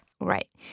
Right